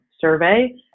survey